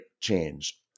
change